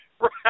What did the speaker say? Right